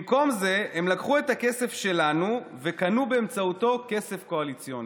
במקום זה הם לקחו את הכסף שלנו וקנו באמצעותו כסף קואליציוני.